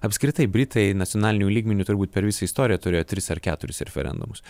apskritai britai nacionaliniu lygmeniu turbūt per visą istoriją turėjo tris ar keturis referendumus